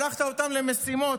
שלחת אותם למשימות,